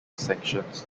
sanctions